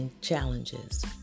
challenges